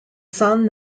son